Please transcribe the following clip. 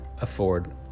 afford